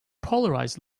polarized